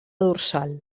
dorsal